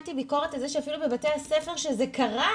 שמעתי ביקורת על זה שאפילו בבתי הספר שזה קרה,